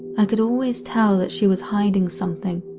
i could always tell that she was hiding something.